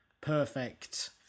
perfect